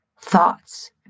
thoughts